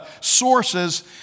sources